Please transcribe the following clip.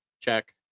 check